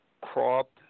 crop